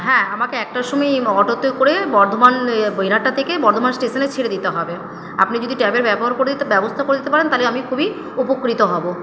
হ্যাঁ আমাকে একটার সময় অটোতে করে বর্ধমান বীরহাটা থেকে বর্ধমান স্টেশনে ছেড়ে দিতে হবে আপনি যদি ট্যাবের ব্যবহার করে দিতে ব্যবস্থা করে দিতে পারেন তাহলে আমি খুবই উপকৃত হব